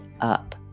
up